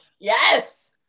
Yes